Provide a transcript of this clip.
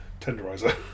tenderizer